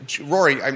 Rory